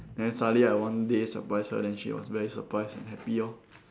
then suddenly I one day surprised her then she was very surprised and happy lor